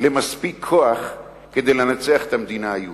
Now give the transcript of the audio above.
למספיק כוח כדי לנצח את המדינה היהודית.